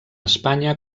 espanya